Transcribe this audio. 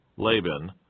Laban